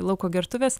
lauko gertuvės